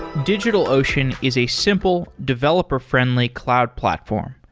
digitalocean is a simple, developer friendly cloud platform.